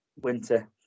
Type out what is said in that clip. winter